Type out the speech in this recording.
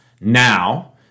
now